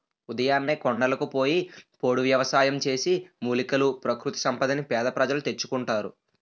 ఉదయాన్నే కొండలకు పోయి పోడు వ్యవసాయం చేసి, మూలికలు, ప్రకృతి సంపదని పేద ప్రజలు తెచ్చుకుంటారు